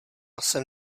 jsem